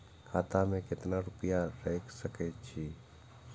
खाता में केतना रूपया रैख सके छी?